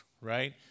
right